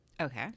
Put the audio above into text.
Okay